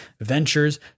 Ventures